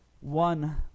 one